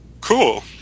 Cool